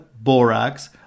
borax